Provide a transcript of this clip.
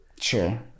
Sure